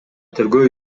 тергөө